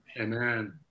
amen